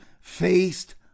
faced